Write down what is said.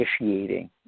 initiating